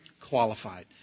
qualified